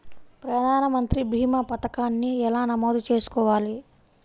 ప్రధాన మంత్రి భీమా పతకాన్ని ఎలా నమోదు చేసుకోవాలి?